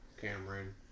Cameron